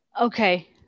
Okay